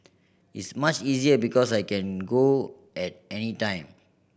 is much easier because I can go at any time